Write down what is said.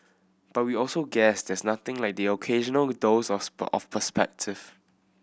but we also guess there's nothing like the occasional dose of of perspective